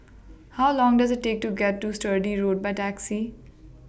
How Long Does IT Take to get to Sturdee Road By Taxi